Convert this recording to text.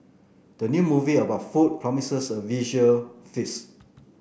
the new movie about food promises a visual feast